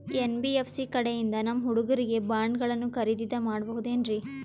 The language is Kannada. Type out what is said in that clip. ಎನ್.ಬಿ.ಎಫ್.ಸಿ ಕಡೆಯಿಂದ ನಮ್ಮ ಹುಡುಗರಿಗೆ ಬಾಂಡ್ ಗಳನ್ನು ಖರೀದಿದ ಮಾಡಬಹುದೇನ್ರಿ?